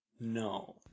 No